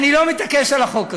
אני לא מתעקש על החוק הזה,